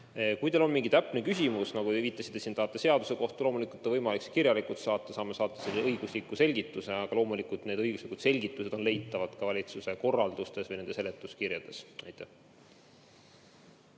Kui teil on mingi [konkreetne] küsimus, nagu te viitasite siin, seaduse kohta, siis loomulikult on võimalik see kirjalikult saata. Saame saata selle kohta õigusliku selgituse. Aga loomulikult need õiguslikud selgitused on leitavad ka valitsuse korraldustest või nende seletuskirjadest. Aitäh!